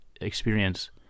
experience